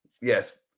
yes